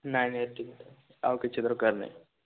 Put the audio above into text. ନାହିଁ ନାହିଁ ଏତିକି ଥାଉ ଆଉ କିଛି ଦରକାର ନାହିଁ